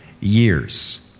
years